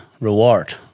reward